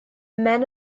men